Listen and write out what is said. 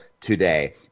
today